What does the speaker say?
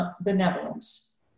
benevolence